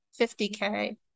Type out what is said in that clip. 50K